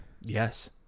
Yes